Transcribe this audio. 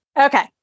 Okay